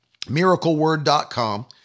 miracleword.com